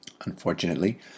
unfortunately